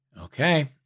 Okay